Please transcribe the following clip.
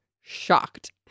shocked